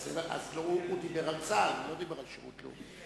הוא דיבר על צה"ל, הוא לא דיבר על שירות לאומי.